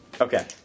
Okay